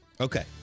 Okay